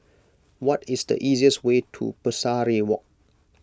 what is the easiest way to Pesari Walk